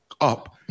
up